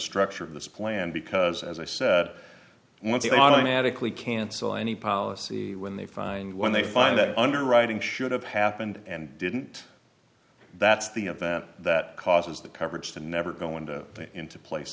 structure of this plan because as i say once you automatically cancel any policy when they find one they find that underwriting should have happened and didn't that's the event that causes the coverage to never go into into place